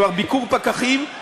כלומר ביקור פקחים,